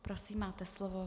Prosím, máte slovo.